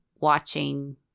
watching